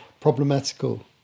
problematical